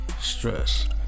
stress